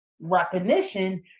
recognition